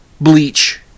bleach